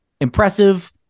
Impressive